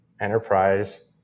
enterprise